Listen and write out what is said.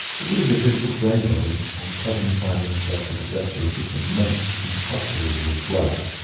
it would have been difficult for anybody, on suddenly finding himself the possessor of this immense incalculable wealth,